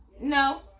No